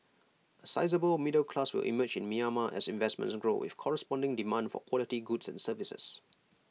A sizeable middle class will emerge in Myanmar as investments grow with corresponding demand for quality goods and services